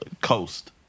coast